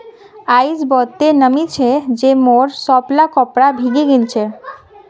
आइज बहुते नमी छै जे मोर सबला कपड़ा भींगे गेल छ